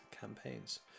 campaigns